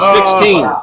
Sixteen